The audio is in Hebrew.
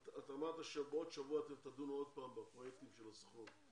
אתה אמרת שבעוד שבוע אתם תדונו עוד פעם בפרויקטים של הסוכנות.